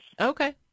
Okay